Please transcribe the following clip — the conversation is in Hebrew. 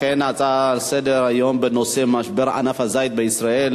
לכן ההצעה לסדר-היום בנושא משבר ענף הזית בישראל